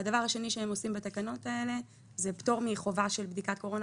והדבר השלישי שהם עושים בתקנות האלה הוא פטור מחובה של בדיקת קורונה